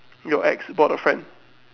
your ex brought a friend